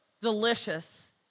delicious